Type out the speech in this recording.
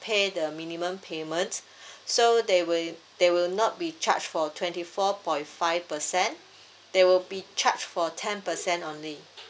pay the minimum payments so they will they will not be charged for twenty four point five percent they will be charged for ten percent only